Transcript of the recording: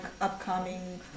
upcoming